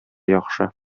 яхшы